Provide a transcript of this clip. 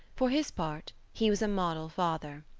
for his part, he was a model father.